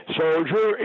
soldier